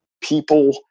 people